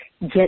get